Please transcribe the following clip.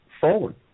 forward